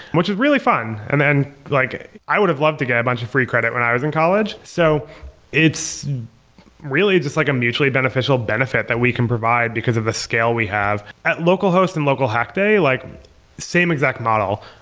which is really fun. and like i would have loved to get a bunch of free credit when i was in college. so it's really just like a mutually beneficial benefit that we can provide because of the scale we have. at local host and local hack day, like same exact model.